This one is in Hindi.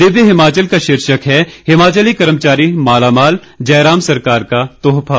दिव्य हिमाचल का शीर्षक है हिमाचली कर्मचारी मालामाल जयराम सरकार का तोहफा